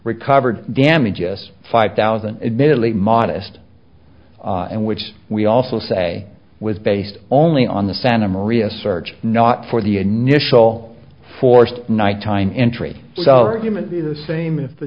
recovered damage s five thousand admittedly modest and which we also say was based only on the santa maria search not for the initial forced nighttime entry so human being the same if the